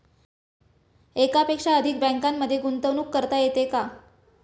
एकापेक्षा अधिक बँकांमध्ये गुंतवणूक करता येते का?